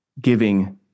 giving